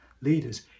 leaders